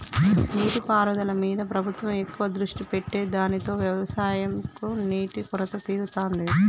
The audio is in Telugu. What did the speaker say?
నీటి పారుదల మీద ప్రభుత్వం ఎక్కువ దృష్టి పెట్టె దానితో వ్యవసం కు నీటి కొరత తీరుతాంది